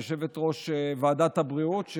יושבת-ראש ועדת הבריאות,